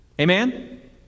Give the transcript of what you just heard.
Amen